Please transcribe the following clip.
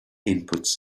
inputs